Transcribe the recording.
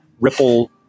Ripple